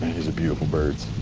is a beautiful bird.